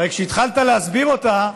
הרי כשהתחלת להסביר אותה,